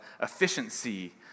efficiency